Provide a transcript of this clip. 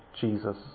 Jesus